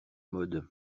mode